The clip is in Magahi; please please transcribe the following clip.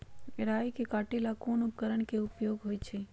राई के काटे ला कोंन उपकरण के उपयोग होइ छई?